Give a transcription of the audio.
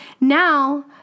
now